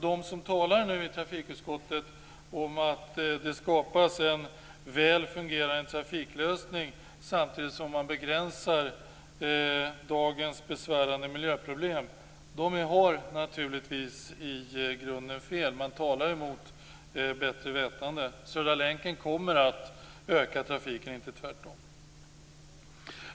De i trafikutskottet som nu talar om att det skapas en väl fungerande trafiklösning samtidigt som man begränsar dagens besvärande miljöproblem har naturligtvis i grunden fel. De talar mot bättre vetande. Södra länken kommer att öka trafiken, inte tvärtom.